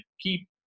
keep